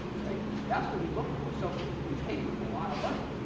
right? that's what we look for. so we pay people a lot of money,